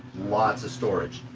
lots of storage.